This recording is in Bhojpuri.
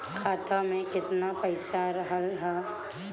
खाता में केतना पइसा रहल ह?